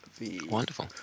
Wonderful